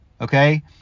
Okay